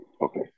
okay